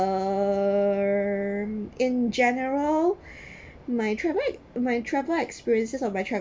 um in general my travel my travel experiences of my tra~